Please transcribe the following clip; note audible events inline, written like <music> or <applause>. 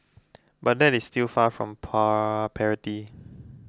but that is still far from <unintelligible> parity